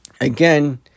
again